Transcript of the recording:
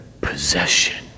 possession